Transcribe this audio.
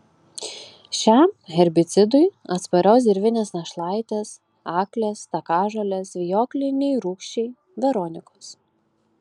šiam herbicidui atsparios dirvinės našlaitės aklės takažolės vijokliniai rūgčiai veronikos